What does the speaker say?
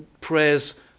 Prayers